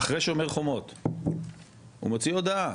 אחרי שומר חומות, הוא מוציא הודעה